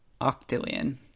octillion